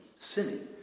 sinning